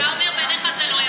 אתה אומר: בעיניך זה לא,